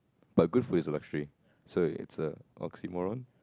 but good food is a luxury so it's a oxymoron